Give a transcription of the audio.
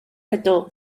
ydw